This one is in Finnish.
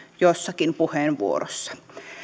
joissakin puheenvuoroissa